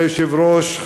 כבוד היושב-ראש,